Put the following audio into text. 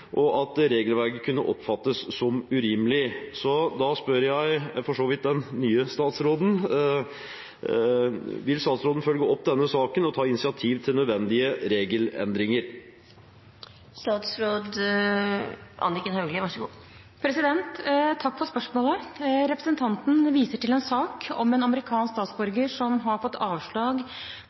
og at regelverket kunne oppfattes som urimelig. Vil statsråden følge opp denne saken, og ta initiativ til nødvendige regelendringer?» Takk for spørsmålet. Representanten viser til en sak om en amerikansk statsborger som har fått avslag